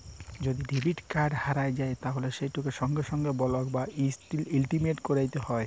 যদি debit card হারাঁয় যায় তাইলে সেটকে সঙ্গে সঙ্গে বলক বা হটলিসটিং ক্যইরতে হ্যয়